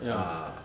ah